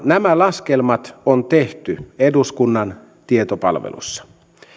nämä laskelmat on tehty eduskunnan tietopalvelussa